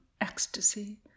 ecstasy